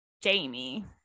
Jamie